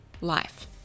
life